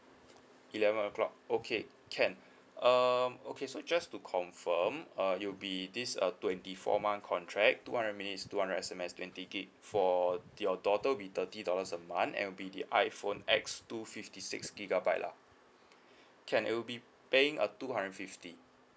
eleven o'clock okay can um okay so just to confirm uh you'll be this uh twenty four month contract two hundred minutes two hundred S_M_S twenty gig for your daughter will be thirty dollars a month and will be the iphone X two fifty six gigabyte lah can you'll be paying a two hundred fifty